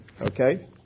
Okay